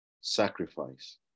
sacrifice